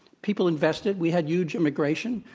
people invested. we had huge immigration.